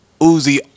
Uzi